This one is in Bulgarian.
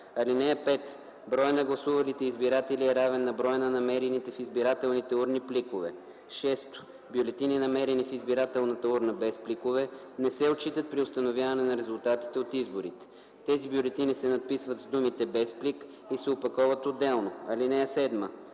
(5) Броят на гласувалите избиратели е равен на броя на намерените в избирателните урни пликове. (6) Бюлетини, намерени в избирателната урна без пликове, не се отчитат при установяване на резултатите от изборите. Тези бюлетини се надписват с думите „без плик” и се опаковат отделно. (7)